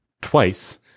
twice